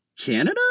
Canada